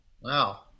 Wow